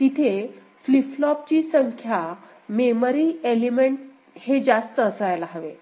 तिथे फ्लिप फ्लॉपची संख्या मेमरी एलिमेंट हे जास्त असायला हवे